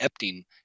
epting